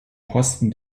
posten